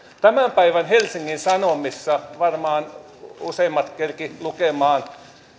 tämän päivän helsingin sanomista varmaan useimmat kerkesivät lukemaan